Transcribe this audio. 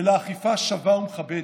אלא אכיפה שווה ומכבדת.